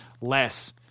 less